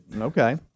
Okay